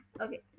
Okay